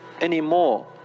anymore